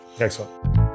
Excellent